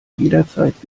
jederzeit